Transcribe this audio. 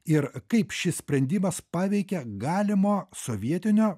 ir kaip šis sprendimas paveikia galimo sovietinio